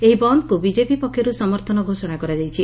ଏହି ବନ୍ଦ୍କୁ ବିଜେପି ପକ୍ଷରୁ ସମର୍ଥନ ଘୋଷଣା କରାଯାଇଛି